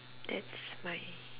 that's my